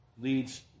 leads